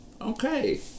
Okay